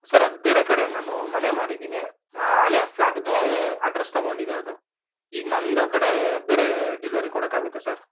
sir ಅದು ಬೇರೆ ಕಡೆ ನಾನು ಮನೆ ಮಾಡಿದ್ದೀನಿ ಹಳೆ ಫ್ಲಾಟ್ದೇ ಅಡ್ರೆಸ್ ತೊಗೊಂಡಿದೆ ಅದು ಈಗ ನಾನಿರೋ ಕಡೆ ಬೇರೆ ಡೆಲಿವರಿ ಕೊಡೋಕೆ ಆಗುತ್ತಾ ಸರ್